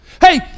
Hey